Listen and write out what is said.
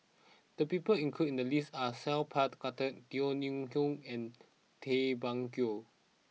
the people included in the list are Sat Pal Khattar Teo Ho Pin and Tay Bak Koi